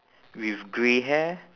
with grey hair